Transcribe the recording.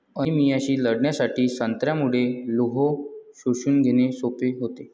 अनिमियाशी लढण्यासाठी संत्र्यामुळे लोह शोषून घेणे सोपे होते